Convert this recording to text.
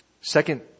Second